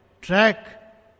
track